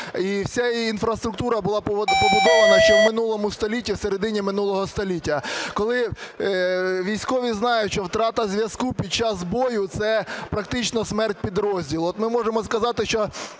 І вся її інфраструктура була побудована ще в минулому столітті, всередині минулого століття. Військові знають, що втрата зв'язку під час бою – це практично смерть підрозділу. От ми можемо сказати, що